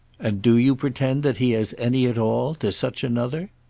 and do you pretend that he has any at all to such another?